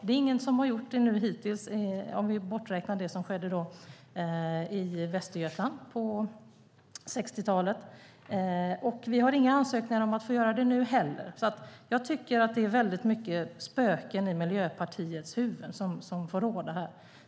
Det är ingen som har gjort det hittills, om vi bortser från det som skedde i Västergötland på 60-talet, och det finns inga ansökningar om att göra det nu heller. Jag tycker att det är väldigt mycket spöken i Miljöpartiets syn som får råda.